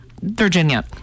Virginia